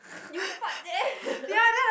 you fart there